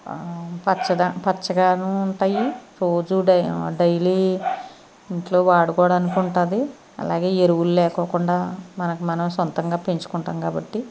పచ్చగా పచ్చగానూ ఉంటాయి రోజూ డైలీ ఇంట్లో వాడుకోవడానికి ఉంటుంది అలాగే ఎరువులు లేకోకుండా మనకు మనం సొంతంగా పెంచుకుంటాం కాబట్టి